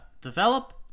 develop